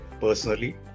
personally